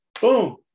boom